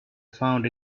found